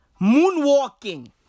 Moonwalking